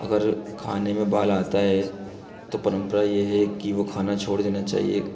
अगर खाने में बाल आता है तो परम्परा ये है कि वो खाना छोड़ देना चाहिए